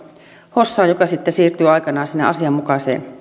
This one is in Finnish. hossa joka sitten siirtyy aikanaan sinne asianmukaiseen